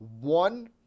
One